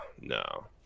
No